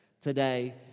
today